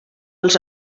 els